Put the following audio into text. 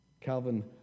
Calvin